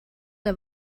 der